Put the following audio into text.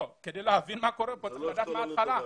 כדי להבין מה קורה צריך לדעת מה קרה בהתחלה.